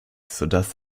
sodass